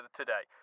today